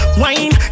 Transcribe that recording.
wine